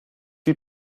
die